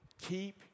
keep